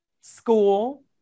school